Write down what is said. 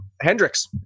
Hendrix